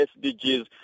SDGs